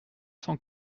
cent